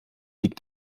liegt